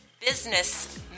business